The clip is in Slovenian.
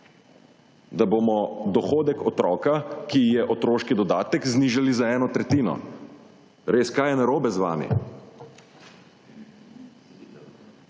da bomo dohodek otroka, ki je otroški dodatek, znižali za eno tretjino. Res, kaj je narobe z vami?